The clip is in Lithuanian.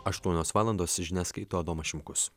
aštuonios valandos žinias skaito tomas šimkus